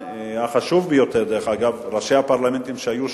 החשוב ביותר, דרך אגב, ראשי הפרלמנטים שהיו שם,